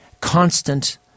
constant